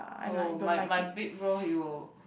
oh my my big bro he will